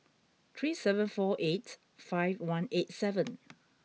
three seven four eight five one eight seven